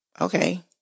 okay